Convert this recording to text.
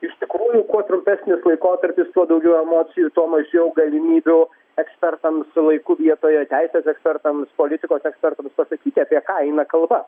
iš tikrųjų kuo trumpesnis laikotarpis tuo daugiau emocijų tuo mažiau galimybių ekspertams laiku vietoje teisės ekspertams politikos ekspertam pasakyti apie ką eina kalba